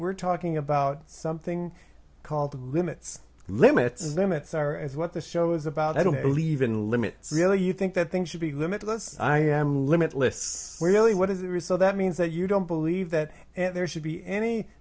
we're talking about something called the limits limits limits are and what the show is about i don't believe in limits really you think that things should be limitless i am limitless really what is it is so that means that you don't believe that and there should be any